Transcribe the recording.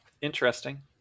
interesting